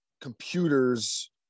computers